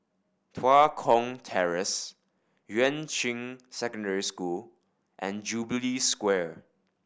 Tua Kong Terrace Yuan Ching Secondary School and Jubilee Square